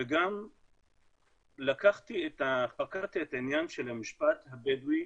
וגם חקרתי את העניין של המשפט הבדואי